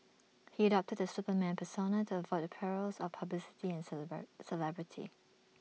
he adopted the Superman persona to avoid the perils of publicity and celebrity